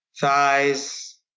Thighs